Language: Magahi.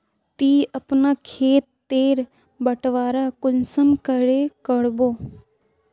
ती अपना खेत तेर बटवारा कुंसम करे करबो?